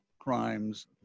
crimes